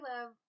love